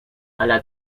ala